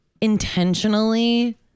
intentionally